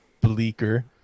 bleaker